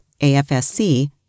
AFSC